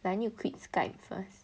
I need to quit Skype first